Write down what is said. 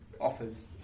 offers